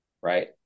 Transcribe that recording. right